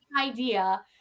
idea